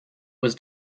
was